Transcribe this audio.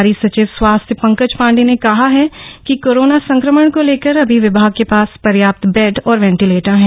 प्रभारी सचिव स्वास्थ्य पंकज पांडे ने कहा कि कोरोना संक्रमण को लेकर अभी विभाग के पास पर्याप्त बेड और वेंटीलेटर हैं